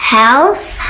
house